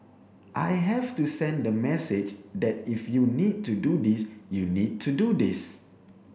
I have to send the message that if you need to do this you need to do this